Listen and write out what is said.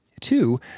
Two